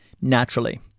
naturally